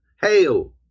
hail